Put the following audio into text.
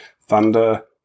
thunder